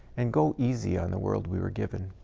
and go easy on the world we were given.